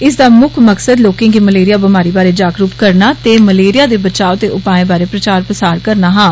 एह्दा मकसद लोकें गी मलेरिया बमारी बारै जागरूक करना ते मलेरिया दे बचाव दे उपाएं बारै प्रचार प्रसार करना हा